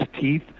teeth